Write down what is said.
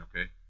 Okay